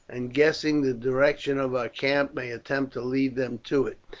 and guessing the direction of our camp may attempt to lead them to it.